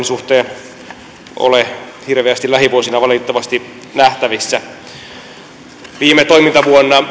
suhteen ole hirveästi lähivuosina valitettavasti nähtävissä viime toimintavuonna